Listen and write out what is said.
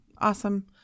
Awesome